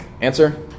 Answer